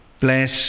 Bless